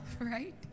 Right